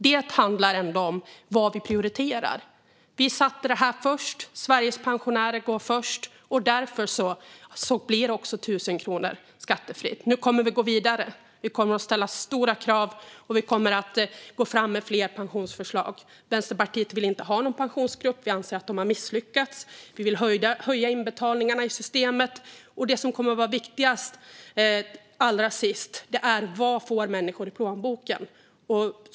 Det handlar ändå om vad vi prioriterar. Vi satte det först. Sveriges pensionärer går först. Därför blir det också 1 000 kronor skattefritt. Nu kommer vi att gå vidare. Vi kommer att ställa stora krav, och vi kommer att gå fram med fler pensionsförslag. Vänsterpartiet vill inte ha någon pensionsgrupp. Vi anser att den har misslyckats. Vi vill höja inbetalningarna i systemet. Allra sist är det som kommer att vara viktigast: Vad får människor i plånboken?